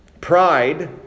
Pride